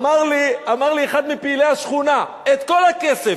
ואמר לי אחד מפעילי השכונה: את כל הכסף,